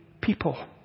people